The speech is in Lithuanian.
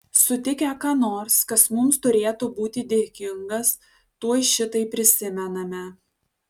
sutikę ką nors kas mums turėtų būti dėkingas tuoj šitai prisimename